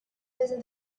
visit